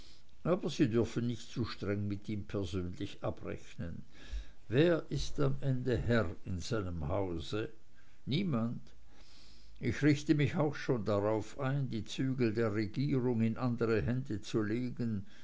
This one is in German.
aber sie dürfen nicht zu streng mit ihm persönlich abrechnen wer ist am ende herr in seinem hause niemand ich richte mich auch schon darauf ein die zügel der regierung in andere hände zu legen